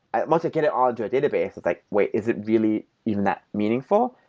ah but get it on to a database. it's like, wait, is it really even that meaningful?